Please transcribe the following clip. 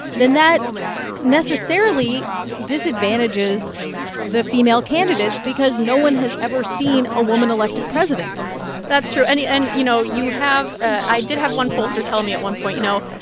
then that necessarily disadvantages the female candidates because no one has ever seen a woman elected president before that's true. and, you and you know, you have i did have one pollster tell me at one point, you know,